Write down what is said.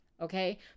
okay